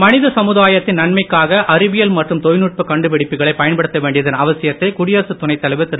மனித சமுதாயத்தின் நன்மைக்காக அறிவியல் மற்றும் தொழில்நுட்ப கண்டுபிடிப்புகளை பயன்படுத்த வேண்டியதன் அவசியத்தை குடியரசுத் துணைத்தலைவர் திரு